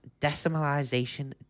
Decimalization